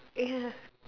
ya